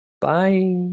bye